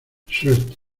suerte